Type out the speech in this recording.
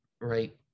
right